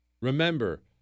Remember